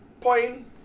Point